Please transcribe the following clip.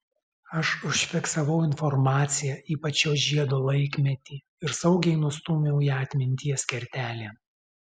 aš užfiksavau informaciją ypač šio žiedo laikmetį ir saugiai nustūmiau ją atminties kertelėn